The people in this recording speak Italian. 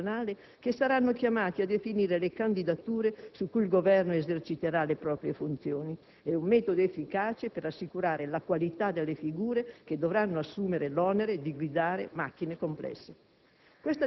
internazionale che saranno chiamati a definire le candidature su cui il Governo eserciterà le proprie funzioni: è un metodo efficace per assicurare la qualità delle figure che dovranno assumere l'onere di guidare macchine complesse.